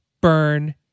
Burn